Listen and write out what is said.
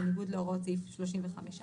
בניגוד להוראות סעיף 35(א).